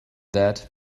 that